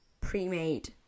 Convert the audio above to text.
pre-made